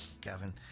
Kevin